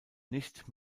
nicht